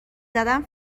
زدم